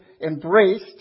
embraced